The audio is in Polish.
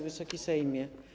Wysoki Sejmie!